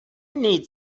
need